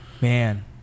Man